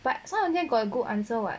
but some of them got a good answer [what]